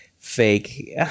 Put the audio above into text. Fake